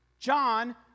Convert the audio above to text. John